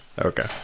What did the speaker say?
Okay